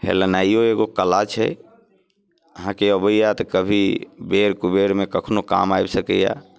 हेलनाइओ एगो कला छै अहाँके अबैए तऽ कभी बेर कुबेरमे कखनो काम आबि सकैए